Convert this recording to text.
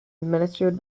administered